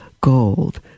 gold